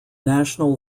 national